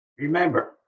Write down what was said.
Remember